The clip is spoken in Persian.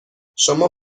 شما